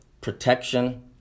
protection